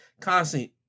constant